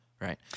right